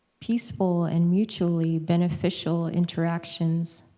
peaceful and mutually beneficial interactions